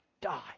die